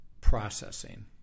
processing